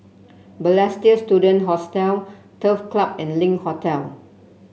Balestier Student Hostel Turf Club and Link Hotel